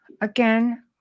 again